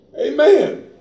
amen